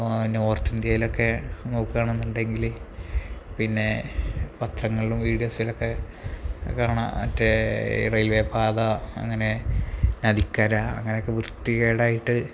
നോർത്തിന്ത്യയിലൊക്കെ നോക്കുകയാണെന്നുണ്ടെങ്കില് പിന്നെ പത്രങ്ങളും വീഡിയോസിലൊക്കെ കാണാം മറ്റേ റെയിവേ പാത അങ്ങനെ നദിക്കര അങ്ങനെയൊക്കെ വൃത്തികേടായിട്ട്